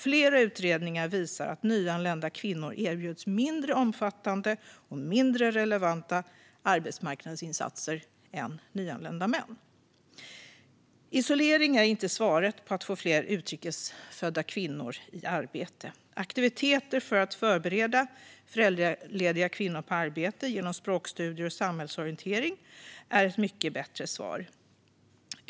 Flera utredningar visar att nyanlända kvinnor erbjuds mindre omfattande och mindre relevanta arbetsmarknadsinsatser än nyanlända män. Isolering är inte svaret på att få fler utrikes födda kvinnor i arbete. Aktiviteter för att förbereda föräldralediga kvinnor på arbete genom språkstudier och samhällsorientering är ett mycket bättre svar.